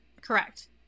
Correct